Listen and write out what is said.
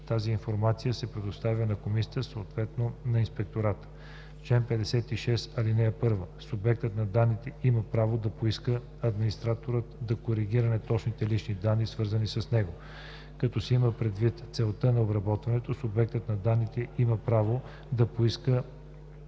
Тази информация се предоставя на комисията, съответно на инспектората. Чл. 56. (1) Субектът на данните има право да поиска администраторът да коригира неточните лични данни, свързани с него. Като се има предвид целта на обработването, субектът на данните има право да поиска